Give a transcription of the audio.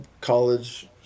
college